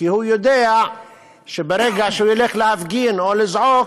כי הוא יודע שברגע שהוא ילך להפגין או לזעוק,